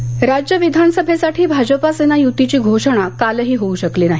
युती राज्य विधानसभेसाठी भाजपा सेना युतीची घोषणा कालही होऊ शकली नाही